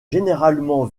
généralement